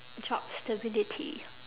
job stability